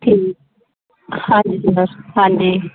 ਠੀਕ ਹਾਂਜੀ ਸਰ ਹਾਂਜੀ